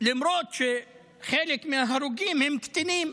למרות שחלק מההרוגים הם קטינים.